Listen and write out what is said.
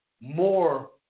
more